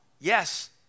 Yes